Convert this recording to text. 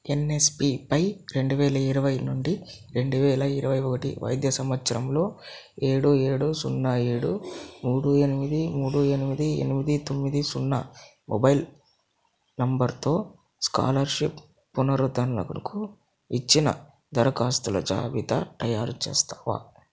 ఎన్ఎస్పీపై రెండు వేల ఇరవై నుండి రెండు వేల ఇరవై ఒకటి వైద్య సంవత్స్రం లో ఏడు ఏడు సున్నా ఏడు మూడు ఎనిమిది మూడు ఎనిమిది ఎనిమిది తొమ్మిది సున్నా మొబైల్ నంబరుతో స్కాలర్షిప్ పునరుద్ధరణకు ఇచ్చిన దరఖాస్తుల జాబితా తయారుచేస్తావా